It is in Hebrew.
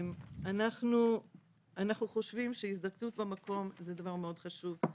אנחנו חושבים שהזדקנות במקום זה דבר מאוד חשוב,